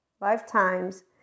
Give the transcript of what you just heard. lifetimes